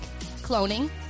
cloning